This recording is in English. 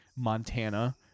montana